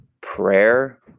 prayer